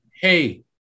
Hey